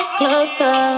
closer